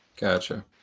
Gotcha